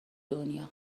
دنیا